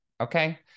Okay